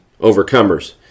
overcomers